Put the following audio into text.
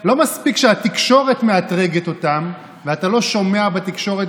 לא מספיק שהתקשורת מאתרגת אותם ואתה לא שומע בתקשורת